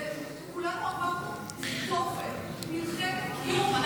כולנו עברנו תופת, מלחמת קיום.